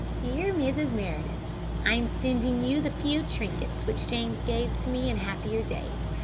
dear mrs. meredith i am sending you the few trinkets which james gave to me in happier days.